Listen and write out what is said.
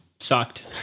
Sucked